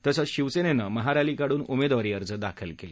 तसंच शिवसेनेनं महारॅली काढून उमेदवारी अर्ज दाखल केले